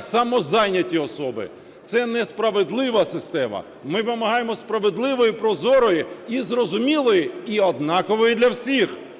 самозайняті особи. Це несправедлива система. Ми вимагаємо справедливої і прозорої, і зрозумілої, і однакової для всіх: